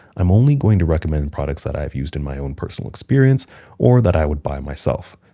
i'm only going to recommend products that i've used in my own personal experience or that i would buy myself.